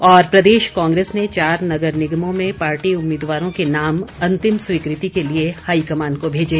और प्रदेश कांग्रेस ने चार नगर निगमों में पार्टी उम्मीदवारों के नाम अंतिम स्वीकृति के लिए हाईकमान को भेजे